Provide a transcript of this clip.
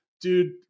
dude